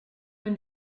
when